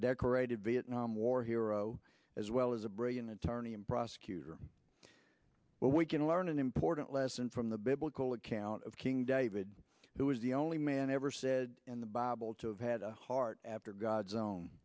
decorated vietnam war he as well as a brilliant attorney and prosecutor well we can learn an important lesson from the biblical account of king david who was the only man ever said in the bible to have had a heart after god's own